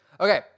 okay